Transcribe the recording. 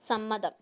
സമ്മതം